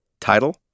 Title